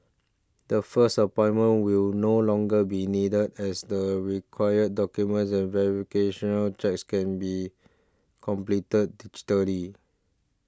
the first appointment will no longer be needed as the required documents and checks can be completed digitally